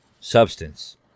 substance